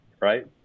right